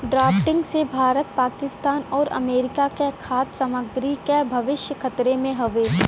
drafting से भारत पाकिस्तान आउर America क खाद्य सामग्री क भविष्य खतरे में हउवे